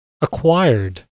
acquired